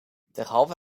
derhalve